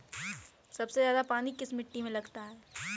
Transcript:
सबसे ज्यादा पानी किस मिट्टी में लगता है?